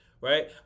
right